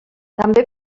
també